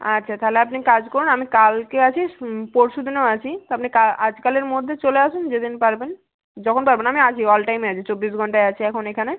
আচ্ছা তাহলে আপনি কাজ করুন আমি কালকে আছি পরশু দিনেও আছি তা আপনি আজ কালের মধ্যে চলে আসুন যেদিন পারবেন যখন পারবেন আমি আছি অল টাইমই আছি চব্বিশ ঘণ্টাই আছি এখন এখানে